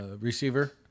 receiver